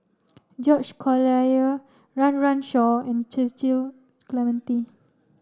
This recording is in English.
George Collyer Run Run Shaw and Cecil Clementi